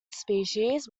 species